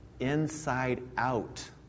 inside-out